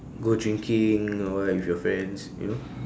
go drinking or what with your friends you know